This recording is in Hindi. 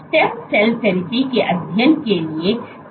स्टेम सेल थैरेपी के अध्ययन के लिए क्या निहितार्थ हैं